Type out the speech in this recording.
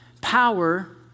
power